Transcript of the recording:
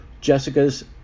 Jessica's